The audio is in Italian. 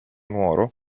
nuoro